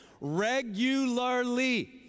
Regularly